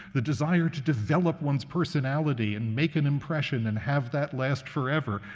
the desire to develop one's personality and make an impression and have that last forever,